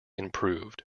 improved